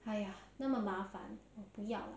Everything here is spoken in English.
哎呀那么麻烦我不要啦